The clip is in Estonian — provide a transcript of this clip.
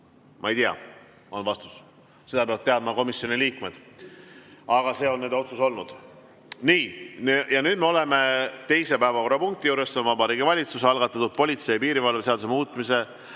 Ma ei tea, see on vastus. Seda peavad teadma komisjoni liikmed. Aga see on nende otsus olnud. Nii. Nüüd me oleme teise päevakorrapunkti juures, see on Vabariigi Valitsuse algatatud politsei ja piirivalve seaduse muutmise